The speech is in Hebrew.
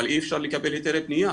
אבל אי אפשר לקבל היתרי בנייה